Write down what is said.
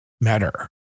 matter